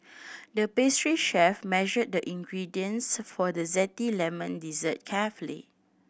the pastry chef measured the ingredients for the zesty lemon dessert carefully